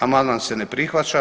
Amandman se ne prihvaća.